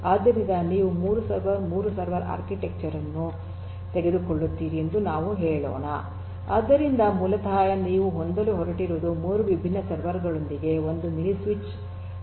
ಆದ್ದರಿಂದ ನೀವು 3 server 3 server architecture ಅನ್ನು ತೆಗೆದುಕೊಳ್ಳುತ್ತೀರಿ ಎಂದು ನಾವು ಹೇಳೋಣ ಆದ್ದರಿಂದ ಮೂಲತಃ ನೀವು ಹೊಂದಲು ಹೊರಟಿರುವುದು 3 ವಿಭಿನ್ನ ಸರ್ವರ್ ಗಳೊಂದಿಗೆ ಒಂದು ಮಿನಿ ಸ್ವಿಚ್ ಆಗಿದೆ